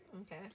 Okay